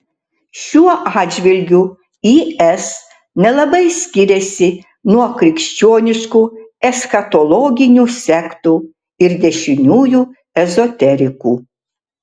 šiuo atžvilgiu is nelabai skiriasi nuo krikščioniškų eschatologinių sektų ir dešiniųjų ezoterikų